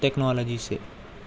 technology سے